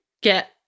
get